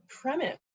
premise